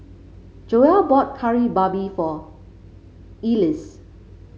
Joell bought Kari Babi for Elise